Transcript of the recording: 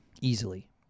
Easily